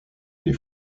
des